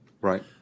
Right